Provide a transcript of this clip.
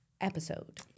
episode